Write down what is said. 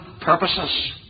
purposes